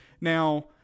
Now